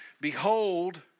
Behold